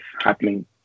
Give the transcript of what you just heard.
happening